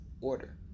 order